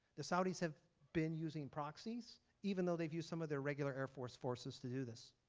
the saudis have been using proxies even though they've used some of their regular air force forces to do this.